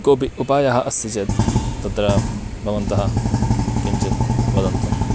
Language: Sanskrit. कोपि उपायः अस्ति चेत् तत्र भवन्तः किञ्चित् वदन्तु